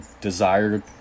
desired